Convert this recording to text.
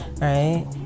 right